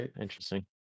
Interesting